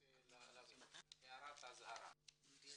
הם לא